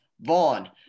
vaughn